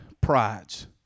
Prides